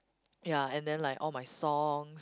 ya and then like all my songs